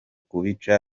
kubica